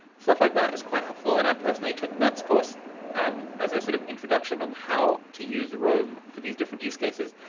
stuff like that is quite helpful. and i personally took nat's course um as a sort of introduction on how to use the roam for these different use cases.